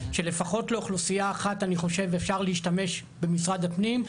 שלפחות לאוכלוסייה אחת אני חושב אפשר להשתמש במשרד הפנים,